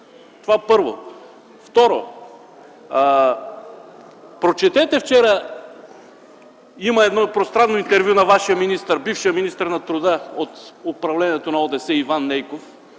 Това, първо. Второ, вчера имаше едно пространно интервю на вашия министър, бившия министър на труда от управлението на ОДС - Иван Нейков.